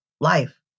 life